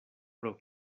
pro